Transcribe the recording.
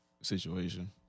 situation